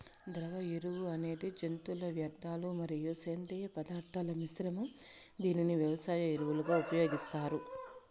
ద్రవ ఎరువు అనేది జంతువుల వ్యర్థాలు మరియు సేంద్రీయ పదార్థాల మిశ్రమం, దీనిని వ్యవసాయ ఎరువులుగా ఉపయోగిస్తారు